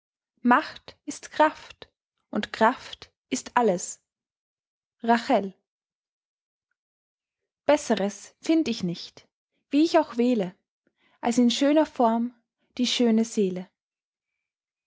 macht ist kraft und kraft ist alles rahel besseres find ich nicht wie ich auch wähle als in schöner form die schöne seele